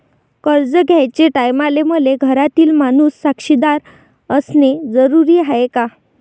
कर्ज घ्याचे टायमाले मले घरातील माणूस साक्षीदार असणे जरुरी हाय का?